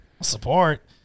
Support